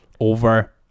over